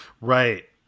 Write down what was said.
Right